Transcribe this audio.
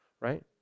right